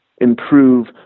improve